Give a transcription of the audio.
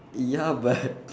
ya but